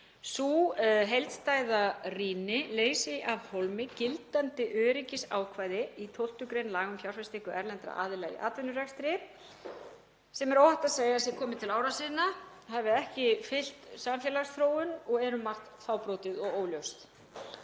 Sú heildstæða rýni leysir af hólmi gildandi öryggisákvæði í 12. gr. laga um fjárfestingu erlendra aðila í atvinnurekstri, sem er óhætt að segja að sé komið til ára sinna, hafi ekki fylgt samfélagsþróun og er um margt fábrotið og óljóst.